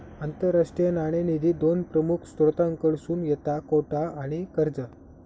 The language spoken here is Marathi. आंतरराष्ट्रीय नाणेनिधी दोन प्रमुख स्त्रोतांकडसून येता कोटा आणि कर्जा